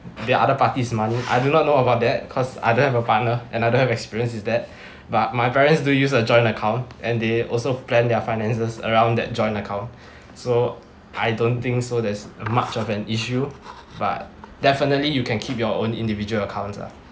the other party's money I do not know about that because I don't have a partner and I don't have experience with that but my parents do use a joint account and they also plan their finances around that joint account so I don't think so that's much of an issue but definitely you can keep your own individual accounts lah